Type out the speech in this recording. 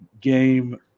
game